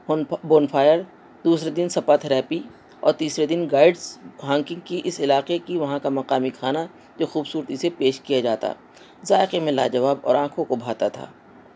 bone fire دوسرے دن spa therapy اور تیسرے دن گائڈ س ہائکنگ کی اس علاقے کی وہاں کا مقامی کھانا جو خوبصورتی سے پیش کیا جاتا ذائقہ میں لاجواب اور آنکھوں کو بھاتا تھا